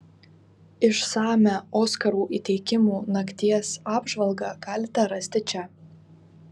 išsamią oskarų įteikimų nakties apžvalgą galite rasti čia